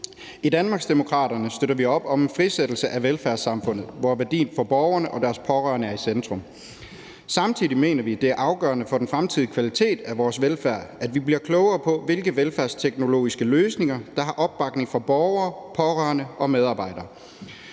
I Danmarksdemokraterne støtter vi op om en frisættelse af velfærdssamfundet, hvor værdien for borgerne og deres pårørende er i centrum. Samtidig mener vi, det er afgørende for den fremtidige kvalitet af vores velfærd, at vi bliver klogere på, hvilke velfærdsteknologiske løsninger der har opbakning fra borgere, pårørende og medarbejdere.